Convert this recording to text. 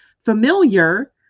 familiar